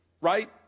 Right